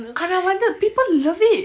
and I wonder people love it